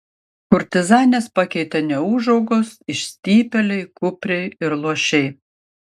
kurtizanes pakeitė neūžaugos išstypėliai kupriai ir luošiai